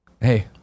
Hey